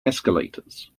escalators